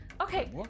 Okay